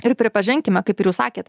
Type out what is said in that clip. ir pripažinkime kaip ir jūs sakėt